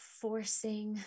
forcing